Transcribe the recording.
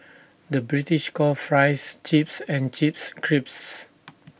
the British calls Fries Chips and Chips Crisps